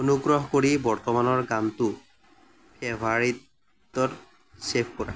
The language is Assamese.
অনুগ্ৰহ কৰি বৰ্তমানৰ গানটো ফেভাৰিটত ছে'ভ কৰা